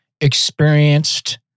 experienced